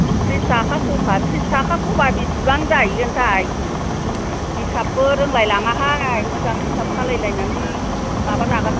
थ्रिस थाखा सखा थ्रिस थाखा सबा बिसिबां जाहैगोन थाय हिसाबबो रोंलाय लाङाहाय मोजां हिसाब खालाय लायनानै माबाजागोन